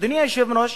אדוני היושב-ראש,